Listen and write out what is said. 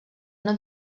una